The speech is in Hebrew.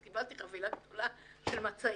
קיבלתי חבילה גדולה של מצעים.